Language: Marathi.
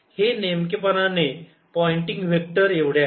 हे नेमकेपणाने पोयंटिंग वेक्टर एवढे आहे